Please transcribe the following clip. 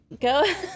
go